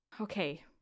Okay